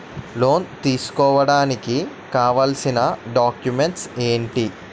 Loan తీసుకోడానికి కావాల్సిన documents ఎంటి?